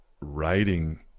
writing